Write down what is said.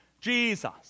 Jesus